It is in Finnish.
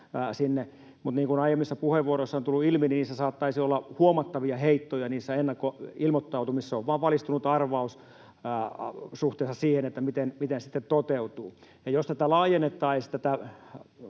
sinne. Mutta niin kuin aiemmissa puheenvuoroissa on tullut ilmi, saattaisi olla huomattavia heittoja niissä ennakkoilmoituksissa — se on vain valistunut arvaus suhteessa siihen, miten sitten toteutuu. Ja palaan vielä siihen,